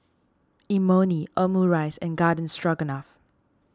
Imoni Omurice and Garden Stroganoff